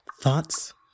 Thoughts